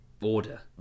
order